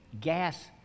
gas